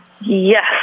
Yes